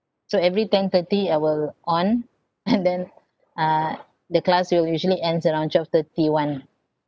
so every ten thirty I will on and then uh the class will usually ends around twelve thirty [one]